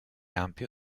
ampio